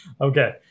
okay